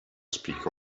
speak